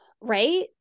Right